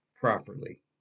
properly